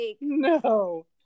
No